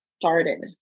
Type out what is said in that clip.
started